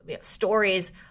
stories